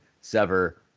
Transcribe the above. Sever